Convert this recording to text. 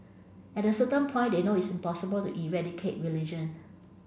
at a certain point they know it's impossible to eradicate religion